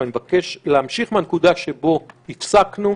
ואני מבקש להמשיך מהנקודה שבה הפסקנו.